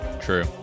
True